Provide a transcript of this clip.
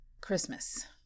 Christmas